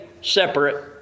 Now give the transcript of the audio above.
separate